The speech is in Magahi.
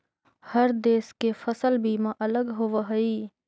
हर देश के फसल बीमा अलग होवऽ हइ